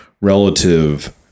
relative